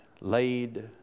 laid